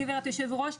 גב' היו"ר,